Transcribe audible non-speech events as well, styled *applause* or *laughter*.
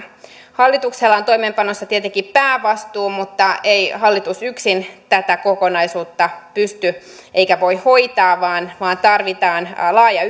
hallituksella on toimeenpanossa tietenkin päävastuu mutta ei hallitus yksin tätä kokonaisuutta pysty hoitamaan eikä voi hoitaa vaan vaan tarvitaan laaja *unintelligible*